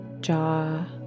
jaw